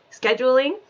scheduling